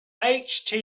html